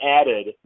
added